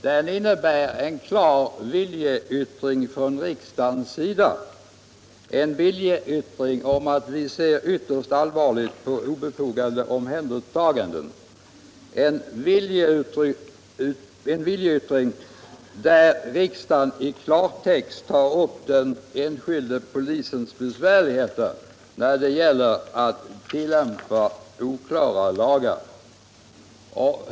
Den innebär en klar viljeyttring från riksdagens sida, en viljeyttring om att vi ser ytterst allvarligt på obefogade omhändertaganden, en viljeyttring där riksdagen i klartext tar upp den enskilde polisens besvärligheter när det gäller att tillämpa oklara lagar.